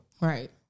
Right